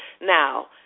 Now